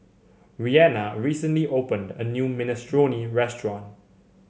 Reanna recently opened a new Minestrone restaurant